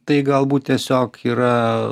tai galbūt tiesiog yra